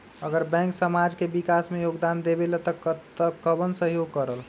अगर बैंक समाज के विकास मे योगदान देबले त कबन सहयोग करल?